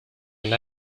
and